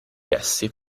essi